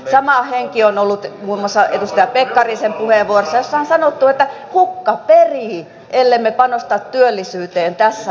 sama henki on ollut muun muassa edustaja pekkarisen puheenvuorossa jossa on sanottu että hukka perii ellemme panosta työllisyyteen tässä ja nyt